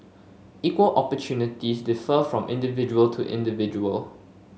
equal opportunities differ from individual to individual